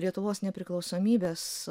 lietuvos nepriklausomybės